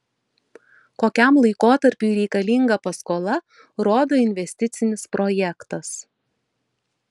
kokiam laikotarpiui reikalinga paskola rodo investicinis projektas